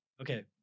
Okay